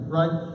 right